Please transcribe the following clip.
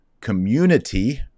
community